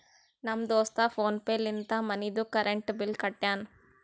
ನಮ್ ದೋಸ್ತ ಫೋನ್ ಪೇ ಲಿಂತೆ ಮನಿದು ಕರೆಂಟ್ ಬಿಲ್ ಕಟ್ಯಾನ್